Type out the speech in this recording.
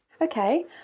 Okay